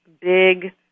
big